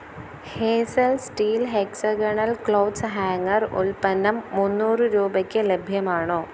Hazel steel hexagonal clothes hanger ഉത്പ്പന്നം മുന്നൂറ് രൂപയ്ക്ക് ലഭ്യമാണോ